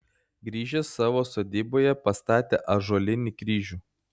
grįžęs savo sodyboje pastatė ąžuolinį kryžių